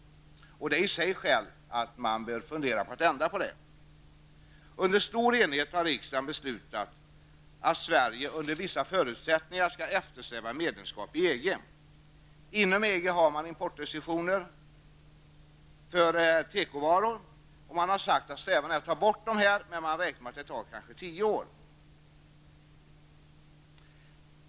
Det är i sig skäl till att man bör fundera på att ändra det beslutet. Under stor enighet har riksdagen beslutat att Sverige, under vissa förutsättningar, skall eftersträva medlemskap i EG. Inom EG har man importrestriktioner för tekovaror. Man har sagt att strävan är att dessa skall tas bort, men att man räknar med att det kanske tar tio år.